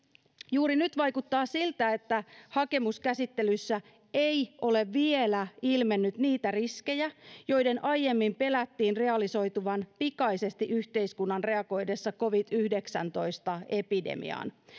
juuri nyt vaikuttaa siltä että hakemuskäsittelyssä ei ole vielä ilmennyt niitä riskejä joiden aiemmin pelättiin realisoituvan pikaisesti yhteiskunnan reagoidessa covid yhdeksäntoista epidemiaan